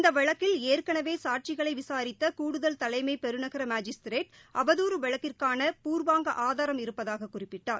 இந்தவழக்கில் ஏற்கனவேசாட்சிகளைவிசாித்தகூடுதல் தலைமைபெருநகரமாஜிஸ்திரேட் அவதூறு வழக்கிற்கான பூர்வாங்க ஆதாரம் இருப்பதாககுறிப்பிட்டார்